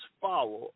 follow